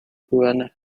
purana